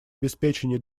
обеспечение